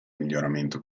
miglioramento